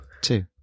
Two